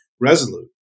resolute